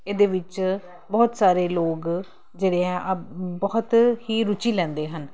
ਇਹਦੇ ਵਿੱਚ ਬਹੁਤ ਸਾਰੇ ਲੋਕ ਜਿਹੜੇ ਆ ਬਹੁਤ ਹੀ ਰੁਚੀ ਲੈਂਦੇ ਹਨ